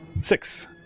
Six